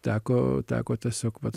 teko teko tiesiog vat